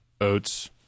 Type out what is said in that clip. oats